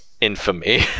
infamy